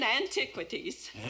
antiquities